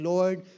Lord